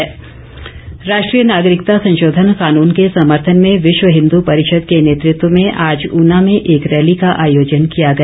CAA जागरूकता rally राष्ट्रीय नागरिकता संशोधन कानून के समर्थन में विश्व हिंदू परिषद के नेतृत्व में आज ऊना में एक रैली का आयोजन किया गया